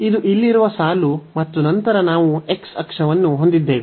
ಇದು ಇಲ್ಲಿರುವ ಸಾಲು ಮತ್ತು ನಂತರ ನಾವು x ಅಕ್ಷವನ್ನು ಹೊಂದಿದ್ದೇವೆ